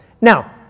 Now